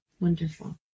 Wonderful